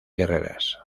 guerreras